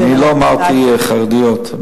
אני לא אמרתי חרדיות.